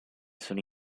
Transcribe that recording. sono